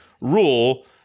rule